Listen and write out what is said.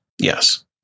Yes